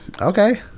Okay